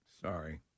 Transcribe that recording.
Sorry